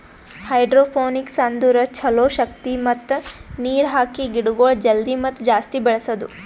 hydroponics ಅಂದುರ್ ಛಲೋ ಶಕ್ತಿ ಮತ್ತ ನೀರ್ ಹಾಕಿ ಗಿಡಗೊಳ್ ಜಲ್ದಿ ಮತ್ತ ಜಾಸ್ತಿ ಬೆಳೆಸದು